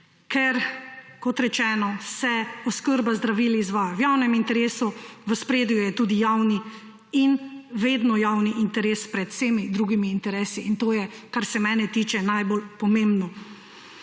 se, kot rečeno, oskrba z zdravili izvaja v javnem interesu, v ospredju je vedno javni interes pred vsemi drugimi interesi in to je, kar se mene tiče, najbolj pomembno.